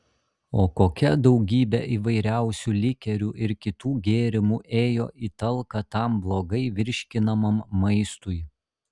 o kokia daugybė įvairiausių likerių ir kitų gėrimų ėjo į talką tam blogai virškinamam maistui